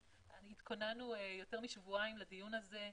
התכוננו יותר משבועיים לדיון הזה,